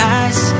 eyes